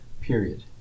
period